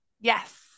Yes